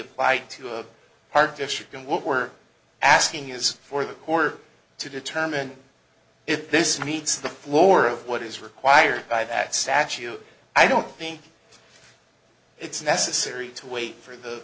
applied to a hard to shift and what we're asking is for the court to determine if this meets the floor of what is required by that statute i don't think it's necessary to wait for the